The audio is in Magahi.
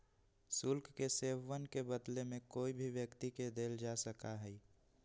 शुल्क के सेववन के बदले में कोई भी व्यक्ति के देल जा सका हई